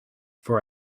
for